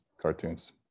cartoons